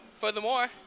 furthermore